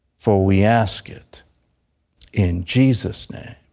for we ask it in jesus' name.